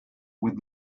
with